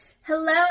Hello